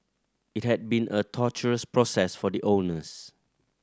it had been a torturous process for the owners